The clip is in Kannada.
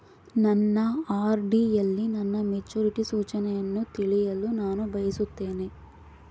ನನ್ನ ಆರ್.ಡಿ ಯಲ್ಲಿ ನನ್ನ ಮೆಚುರಿಟಿ ಸೂಚನೆಯನ್ನು ತಿಳಿಯಲು ನಾನು ಬಯಸುತ್ತೇನೆ